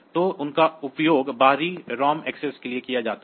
तो उनका उपयोग बाहरी रॉम एक्सेस के लिए किया जाता है